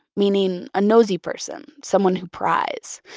meaning a nosy person, someone who pries.